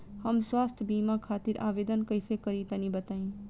हम स्वास्थ्य बीमा खातिर आवेदन कइसे करि तनि बताई?